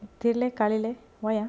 தெரில்ல காலைல:therilla kalaila oh ya